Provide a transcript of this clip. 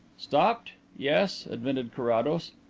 stopped? yes, admitted carrados.